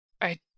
I